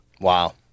wow